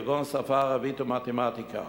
כגון בשפה הערבית ובמתמטיקה.